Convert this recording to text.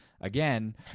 again